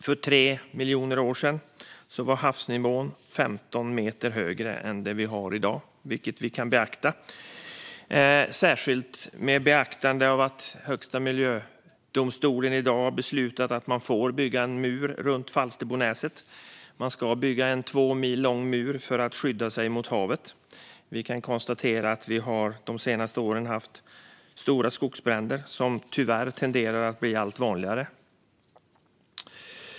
För 3 miljoner år sedan var havsnivån 15 meter högre än i dag. Det bör vi beakta, särskilt med tanke på att mark och miljödomstolen i dag beslutade att man får bygga en mur runt Falsterbonäset. Man ska bygga en 2 mil lång mur för att skydda sig mot havet. Vi kan konstatera att vi de senaste åren haft stora skogsbränder, som tyvärr tenderar att bli allt vanligare.